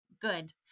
good